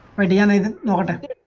indiana morningside,